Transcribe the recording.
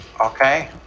Okay